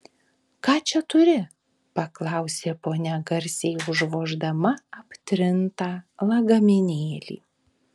ką čia turi paklausė ponia garsiai užvoždama aptrintą lagaminėlį